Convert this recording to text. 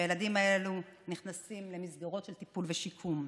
שהילדים האלה נכנסים למסגרות של טיפול ושיקום.